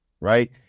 right